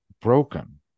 broken